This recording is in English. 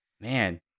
Man